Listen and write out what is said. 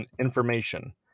information